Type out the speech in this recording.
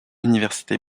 université